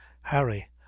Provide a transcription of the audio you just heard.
harry